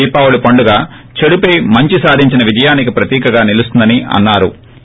దీపావళి పండుగ చెడు పై మంచి సాధించిన విజయానికి ప్రతీకగా నిలుస్తుందని అన్నారు